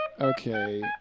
Okay